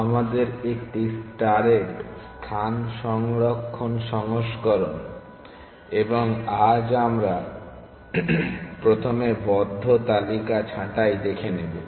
আমাদের একটি স্টারের স্থান সংরক্ষণ সংস্করণ এবং আজ আমরা প্রথমে বদ্ধ তালিকা ছাঁটাই দেখে নেবো